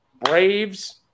Braves